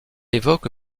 évoque